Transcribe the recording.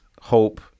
hope